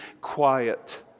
quiet